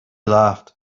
laughed